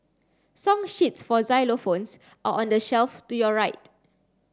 song sheets for xylophones are on the shelf to your right